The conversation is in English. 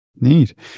Neat